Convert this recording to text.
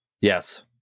yes